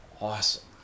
awesome